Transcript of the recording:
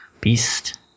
Beast